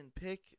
pick